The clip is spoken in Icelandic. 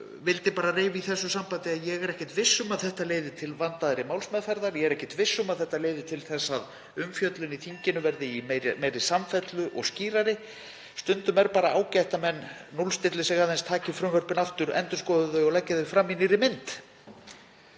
vildi bara reifa í þessu sambandi að ég er ekki viss um að þetta leiði til vandaðri málsmeðferðar. Ég er ekki viss um að þetta leiði til þess að umfjöllun í þinginu verði í meiri samfellu og skýrari. Stundum er bara ágætt að menn núllstilli sig aðeins, taki frumvörpin aftur, endurskoði þau og leggi þau fram í nýrri mynd.